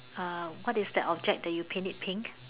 uh what is that object that you paint it pink